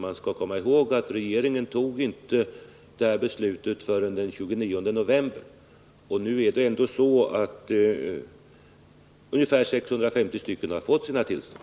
Man skall komma ihåg att regeringen inte fattade sitt beslut förrän den 29 november, och nu har ändå 650 fångstmän fått tillstånd.